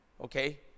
okay